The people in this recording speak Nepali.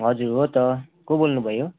हजुर हो त को बोल्नु भयो